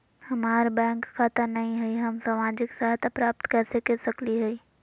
हमार बैंक खाता नई हई, हम सामाजिक सहायता प्राप्त कैसे के सकली हई?